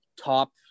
top